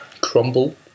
crumble